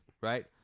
Right